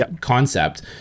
concept